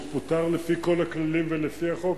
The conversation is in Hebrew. ושהוא פוטר לפי כל הכללים ולפי החוק,